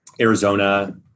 Arizona